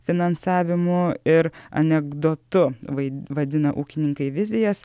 finansavimu ir anekdotu vai vadina ūkininkai vizijas